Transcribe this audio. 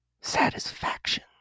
satisfaction